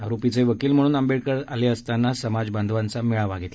आरोपीचे वकील म्हणून आंबेडकर आले असताना समाज बांधवांचा मेळावा घेतला होता